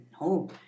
no